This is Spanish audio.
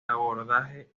abordaje